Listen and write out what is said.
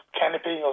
canopy